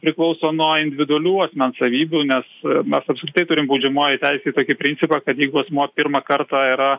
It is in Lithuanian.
priklauso nuo individualių asmens savybių nes mes apskritai turim baudžiamojoj teisėj tokį principą kad jeigu asmuo pirmą kartą yra